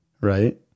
right